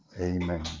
amen